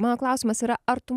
mano klausimas yra ar tu